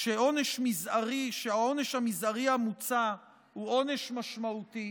שהעונש המזערי המוצע הוא עונש משמעותי